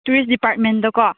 tourist ꯗꯤꯄꯥꯔꯠꯃꯦꯟꯗꯀꯣ